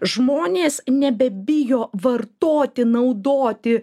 žmonės nebebijo vartoti naudoti